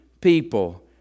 people